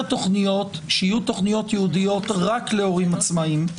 תוכניות שיהיו תוכניות ייעודיות רק להורים עצמאיים,